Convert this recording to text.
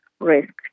risk